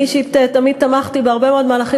אני אישית תמיד תמכתי בהרבה מאוד מהלכים